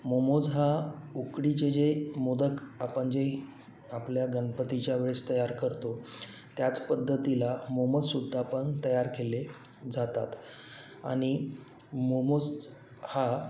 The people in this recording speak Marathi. मोमोज हा उकडीचे जे मोदक आपण जे आपल्या गणपतीच्या वेळेस तयार करतो त्याच पद्धतीला मोमोज सुद्धा पण तयार केले जातात आणि मोमोज हा